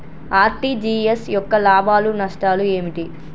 RTGS యొక్క లాభాలు నష్టాలు ఏమిటి?